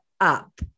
up